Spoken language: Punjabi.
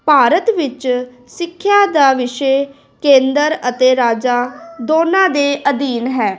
ਭਾਰਤ ਵਿੱਚ ਸਿੱਖਿਆ ਦਾ ਵਿਸ਼ੇ ਕੇਂਦਰ ਅਤੇ ਰਾਜਾਂ ਦੋਨਾਂ ਦੇ ਅਧੀਨ ਹੈ